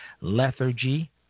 lethargy